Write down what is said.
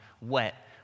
wet